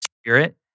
spirit